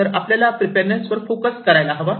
तर आपल्याला प्रिपेअरनेस वर फोकस करायला हवा